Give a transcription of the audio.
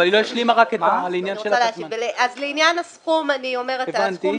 אני רוצה להשיב: אז לעניין הסכום